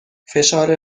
فشار